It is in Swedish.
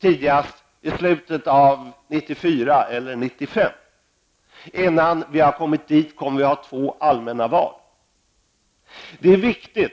tidigast i slutet av 1994 eller i början av 1995. Vi kommer att ha två allmänna val innan vi kommer så långt.